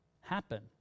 happen